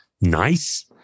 nice